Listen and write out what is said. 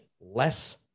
less